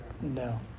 no